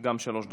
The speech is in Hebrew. גם שלוש דקות.